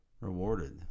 rewarded